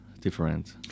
different